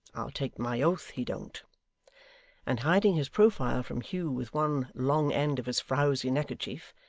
i'll take my oath he don't and hiding his profile from hugh with one long end of his frowzy neckerchief,